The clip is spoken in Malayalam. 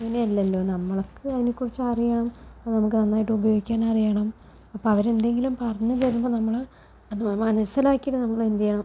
അങ്ങനെയല്ലല്ലോ നമ്മൾക്ക് അതിനെ കുറിച്ച് അറിയണം അത് നമുക്ക് നന്നായിട്ട് ഉപയോഗിക്കാൻ അറിയണം അപ്പോൾ അവരെന്തെങ്കിലും പറഞ്ഞ് തരുമ്പോൾ നമ്മള് അത് മനസ്സിലാക്കിയിട്ട് നമ്മളെന്ത് ചെയ്യണം